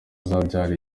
azabyara